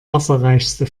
wasserreichste